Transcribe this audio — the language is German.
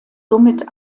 somit